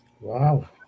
Wow